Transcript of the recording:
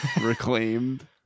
reclaimed